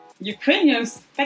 Ukrainians